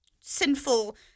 sinful